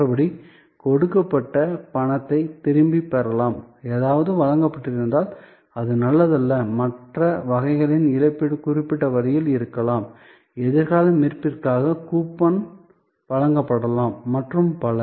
மற்றபடி கொடுக்கப்பட்ட பணத்தைத் திரும்பப் பெறலாம் ஏதாவது வழங்கப்பட்டிருந்தால் அது நல்லதல்ல மற்ற வகைகளின் இழப்பீடு குறிப்பிட்ட வழியில் இருக்கலாம் எதிர்கால மீட்பிற்காக கூப்பன் வழங்கப்படலாம் மற்றும் பல